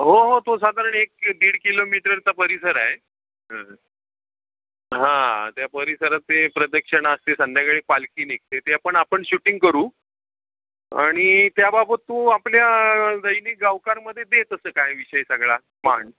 हो हो तो साधारण एक दीड किलोमीटरचा परिसर हे हां त्या परिसरात ते प्रदक्षिणा असते संध्याकाळी पालखी निघते ते पण आपण शूटिंग करू आणि त्याबाबत तू आपल्या दैनिक गावकारमध्ये दे तसं काय विषय सगळा पण